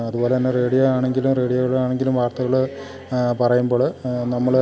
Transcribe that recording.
അതുപോലെ തന്നെ റേഡിയോ ആണെങ്കിലും റേഡിയോകളാണെങ്കിലും വാർത്തകള് പറയുമ്പോള് നമ്മള്